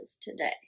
today